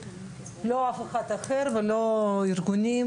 אף אחד אחר ולא ארגונים,